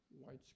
white